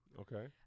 Okay